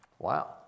Wow